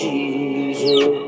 Jesus